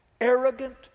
arrogant